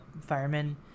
firemen